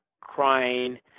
crying